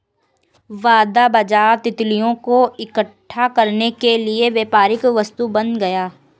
वायदा बाजार तितलियों को इकट्ठा करने के लिए व्यापारिक वस्तु बन गया